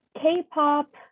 K-pop